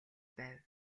байв